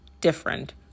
different